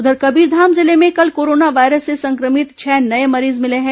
उधर कबीरधाम जिले में कल कोरोना वायरस से संक्रमित छह नये मरीज मिले हैं